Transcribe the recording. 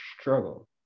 struggle